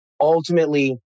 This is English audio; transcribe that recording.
Ultimately